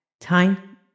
Time